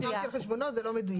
אני לא אמרתי על חשבונו זה לא מדויק.